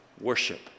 worship